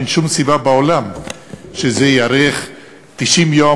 אין שום סיבה בעולם שזה יארך 90 יום